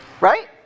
Right